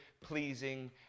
pleasing